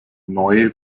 neue